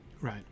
right